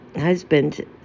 husband